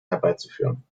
herbeizuführen